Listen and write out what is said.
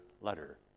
letter